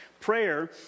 Prayer